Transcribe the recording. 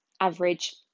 average